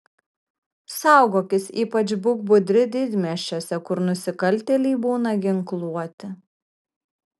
saugokis ypač būk budri didmiesčiuose kur nusikaltėliai būna ginkluoti